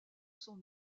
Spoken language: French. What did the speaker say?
son